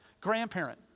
grandparent